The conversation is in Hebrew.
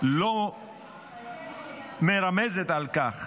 לא מרמזת על כך